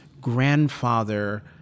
grandfather